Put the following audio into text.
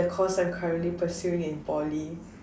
the course I'm currently pursuing in Poly